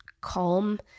calm